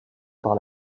par